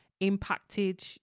impacted